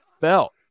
felt